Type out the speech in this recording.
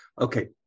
Okay